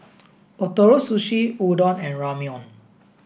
Ootoro Sushi Udon and Ramyeon